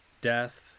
death